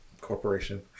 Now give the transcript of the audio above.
Corporation